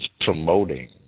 promoting